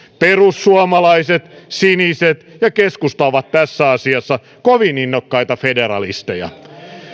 perussuomalaiset siniset ja keskusta ovat tässä asiassa kovin innokkaita federalisteja